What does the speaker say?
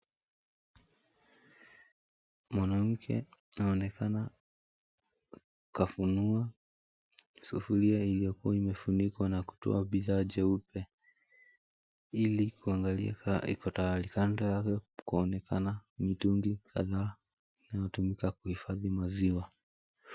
Mwanamke anaonekana kafunua sufuria iliyokuwa imefunikwa na kutoa bidhaa jeupe, ili kuangalia iko tayari. Kando kwaonekana mitungi kadhaa, inayotumika kuhifadhi maziwa.